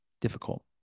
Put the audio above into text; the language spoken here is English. difficult